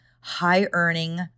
high-earning